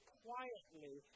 quietly